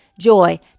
joy